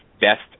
best